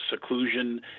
seclusion